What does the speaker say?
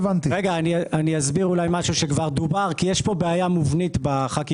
אני אסביר משהו שאולי כבר דובר בו כי יש כאן בעיה מובנית בחקיקה.